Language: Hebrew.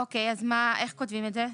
איך כותבים את זה?